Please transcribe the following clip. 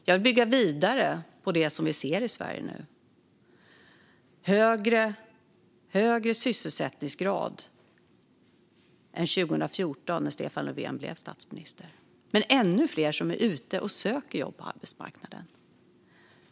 Jag vill bygga vidare på det som vi ser i Sverige nu: högre sysselsättningsgrad än 2014 när Stefan Löfven blev statsminister, men också ännu fler som är ute och söker jobb på arbetsmarknaden.